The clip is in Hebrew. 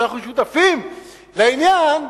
שאנחנו שותפים לעניין,